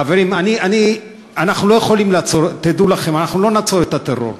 חברים, תדעו לכם, אנחנו לא נעצור את הטרור,